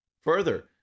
Further